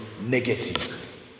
negative